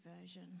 version